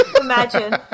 Imagine